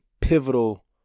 pivotal